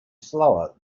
slower